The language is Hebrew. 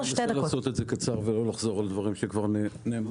אני אנסה לעשות את זה קצר ולא לחזור על הדברים שכבר נאמרו.